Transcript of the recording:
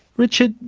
richard,